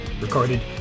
recorded